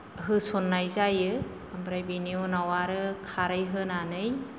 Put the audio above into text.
होसननाय जायो ओमफ्राय बेनि उनाव आरो खारै होनानै